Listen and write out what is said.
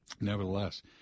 nevertheless